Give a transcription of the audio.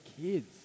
kids